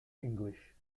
english